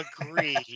agree